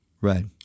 Right